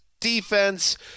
defense